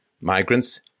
migrants